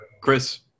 Chris